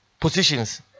positions